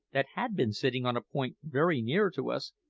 that had been sitting on a point very near to us,